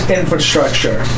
infrastructure